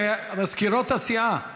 מזכירות הסיעה,